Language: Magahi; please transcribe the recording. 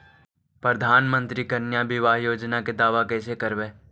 प्रधानमंत्री कन्या बिबाह योजना के दाबा कैसे करबै?